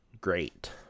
great